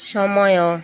ସମୟ